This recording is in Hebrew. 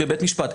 בבית משפט.